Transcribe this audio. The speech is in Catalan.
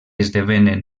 esdevenen